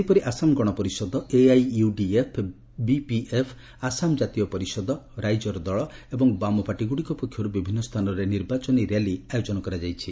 ସେହିପରି Assam Gana Parishad AIUDF BPF Assam Jatiya Parishad Raijor Dal ଏବଂ ବାମପାର୍ଟିଗୁଡ଼ିକ ପକ୍ଷରୁ ବିଭିନ୍ନ ସ୍ଥାନରେ ନିର୍ବାଚନୀ ର୍ୟାଲି ଆୟୋଜନ କରାଯାଇଛି